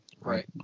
Right